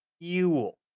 fuel